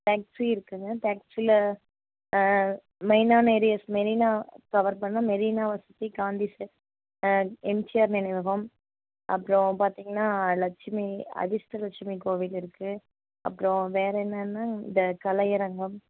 taxi இருக்குங்க டாக்ஸியில மெயினான ஏரியாஸ் மெரினா கவர் பண்ணால் மெரினாவை சுற்றி காந்தி செ எம்ஜிஆர் நினைவகம் அப்புறோம் பார்த்திங்கன்னா லட்சுமி அதிர்ஷ்ட லட்சுமி கோவில் இருக்கு அப்புறோம் வேறு என்னென்னா இந்த கலையரங்கம்